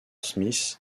smith